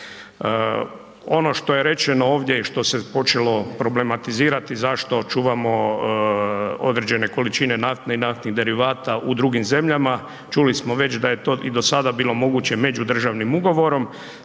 Ono što je rečeno ovdje i što se počelo problematizirati zašto čuvamo određene količine nafte i naftnih derivata u drugim zemljama, čuli smo već da je to i do sada bilo moguće međudržavnim ugovorom,